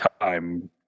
time